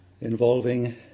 involving